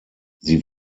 sie